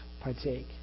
partake